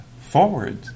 forward